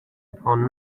upon